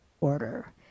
order